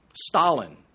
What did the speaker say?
Stalin